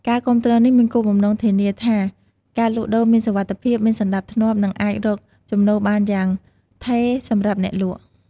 ការគាំទ្រនេះមានគោលបំណងធានាថាការលក់ដូរមានសុវត្ថិភាព មានសណ្តាប់ធ្នាប់ និងអាចរកចំណូលបានយ៉ាងថេរសម្រាប់អ្នកលក់។